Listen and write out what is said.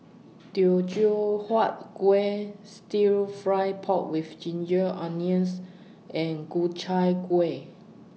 Teochew Huat Kuih Stir Fried Pork with Ginger Onions and Ku Chai Kuih